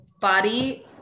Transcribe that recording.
body